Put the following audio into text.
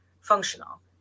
functional